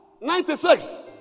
ninety-six